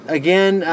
again